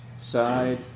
side